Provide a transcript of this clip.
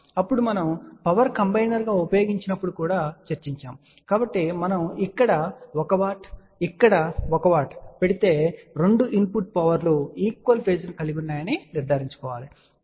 అప్పుడు మనము power combiner గా ఉపయోగించినప్పుడు కూడా చర్చించాము కాబట్టి మనం ఇక్కడ 1 W 1 W ఇక్కడ పెడితే 2 ఇన్పుట్ పవర్ లు ఈక్వల్ ఫేజ్ ను కలిగి ఉన్నాయని నిర్ధారించుకోవాలి సరే